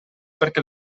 perquè